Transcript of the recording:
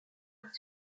être